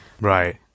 Right